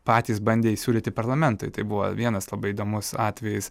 patys bandė įsiūlyti parlamentui tai buvo vienas labai įdomus atvejis